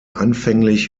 anfänglich